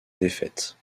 défaite